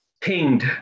pinged